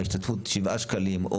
ההשתתפות שבעה שקלים,